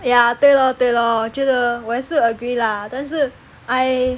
ya 对 lor 对 lor 觉得我也是 agree lah 但是 I